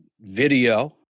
video